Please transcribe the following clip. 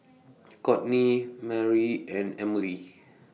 Cortney Mari and Emilie